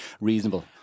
reasonable